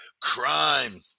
crime